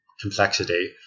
complexity